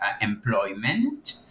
employment